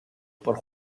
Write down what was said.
por